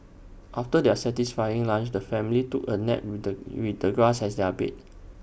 after their satisfying lunch the family took A nap with the with the grass as their bed